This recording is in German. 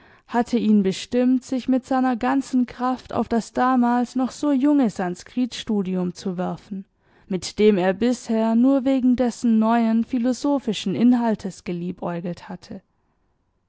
hatte ihn bestimmt sich mit seiner ganzen kraft auf das damals noch so junge sanskritstudium zu werfen mit dem er bisher nur wegen dessen neuen philosophischen inhaltes geliebäugelt hatte